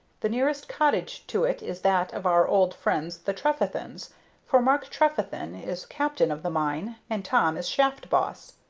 the nearest cottage to it is that of our old friends the trefethens for mark trefethen is captain of the mine, and tom is shaft boss.